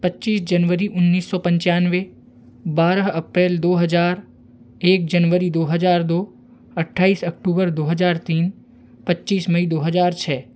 पच्चीस जनवरी उन्नीस सौ पंचानबे बारह अप्रैल दो हज़ार एक जनवरी दो हज़ार दो अट्ठाईस अक्टूबर दो हज़ार तीन पच्चीस मई दो हज़ार छ